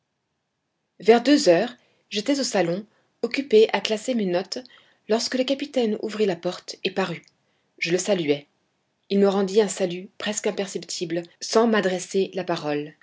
vers deux heures j'étais au salon occupé à classer mes notes lorsque le capitaine ouvrit la porte et parut je le saluai il me rendit un salut presque imperceptible sans m'adresser la parole